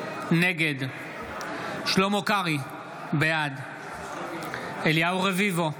נגד שלמה קרעי, בעד אליהו רביבו,